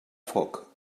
foc